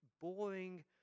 boring